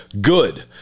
Good